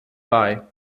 bei